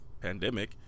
pandemic